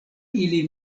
ili